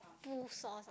two sauce